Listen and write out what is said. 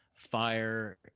Fire